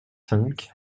cinq